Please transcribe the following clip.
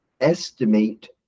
estimate